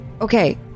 okay